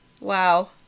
Wow